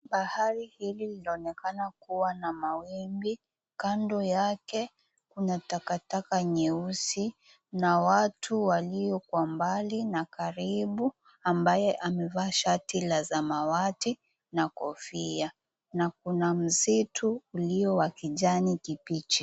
Bahari hili linaonekana kuwa na mawimbi. Kando yake kuna takataka nyeusi, na watu walio kwa mbali na karibu ambaye amevaa shati la samawati na kofia. Na kuna msitu ulio wa kijani kibichi.